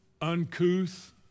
uncouth